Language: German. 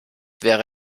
wäre